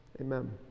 Amen